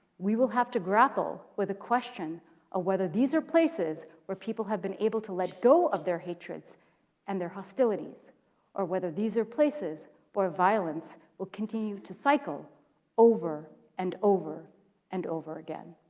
we will have to grapple with the question of ah whether these are places where people have been able to let go of their hatreds and their hostilities or whether these are places where violence will continue to cycle over and over and over again.